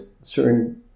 certain